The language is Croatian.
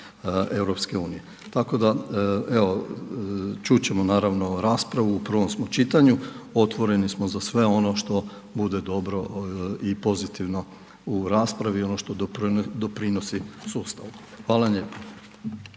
članica EU. Tako da evo čut ćemo naravno raspravu u prvom smo čitanju, otvoreni smo za sve ono što bude dobro i pozitivno u raspravi i ono što doprinosi sustavu. Hvala vam lijepo.